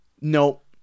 nope